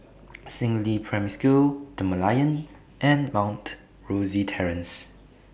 Si Ling Primary School The Merlion and Mount Rosie Terrace